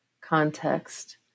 context